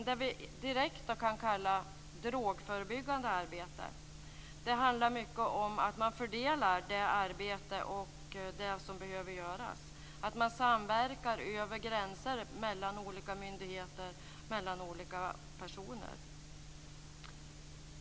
Det direkt drogförebyggande arbetet handlar om att fördela det som behöver göras, att samverka över gränserna mellan olika myndigheter och personer.